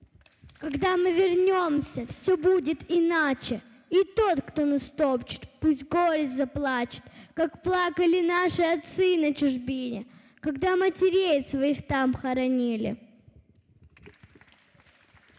Когда мы вернемся, все будет иначе, И тот, кто нас топчет, пусть с горя заплачет, Как плакали наши отцы на чужбине, Когда матерей своих там хоронили.